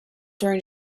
during